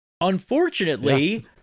Unfortunately